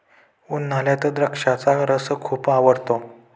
उन्हाळ्यात द्राक्षाचा रस खूप आवडतो